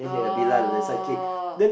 oh